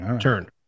turn